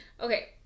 Okay